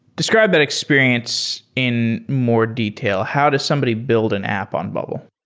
describe that experience in more detail. how does somebody build an app on bubble?